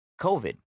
COVID